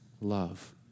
love